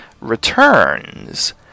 returns